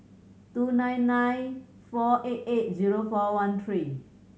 two nine nine four eight eight zero four one three